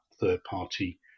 third-party